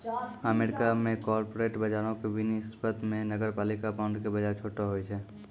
America मे corporate बजारो के वनिस्पत मे नगरपालिका बांड के बजार छोटो होय छै